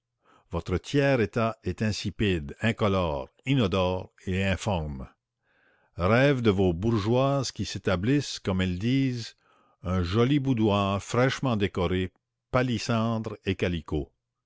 votre tiers état est insipide incolore inodore et informe rêves de vos bourgeoises qui s'établissent comme elles disent un joli boudoir fraîchement décoré palissandre et calicot